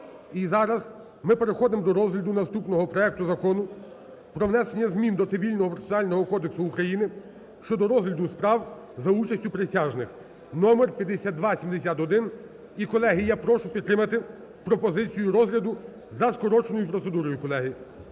І зараз ми переходимо до розгляду наступного проекту Закону про внесення змін до Цивільного процесуального кодексу України (щодо розгляду справ за участю присяжних) (№5271). І, колеги, я прошу підтримати пропозицію розгляду за скороченою процедурою, колеги.